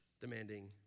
demanding